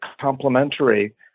complementary